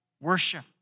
worship